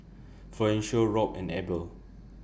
Florencio Robt and Abel